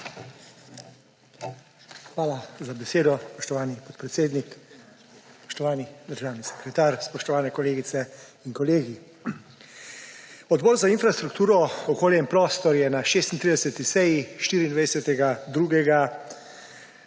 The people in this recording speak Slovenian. Hvala za besedo, spoštovani podpredsednik. Spoštovani državni sekretar, spoštovane kolegice in kolegi! Odbor za infrastrukturo, okolje in prostor je na 36. seji 24. 2.